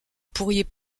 pourriez